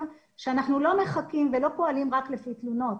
שאנחנו לא מחכים ולא פועלים רק לפי תלונות.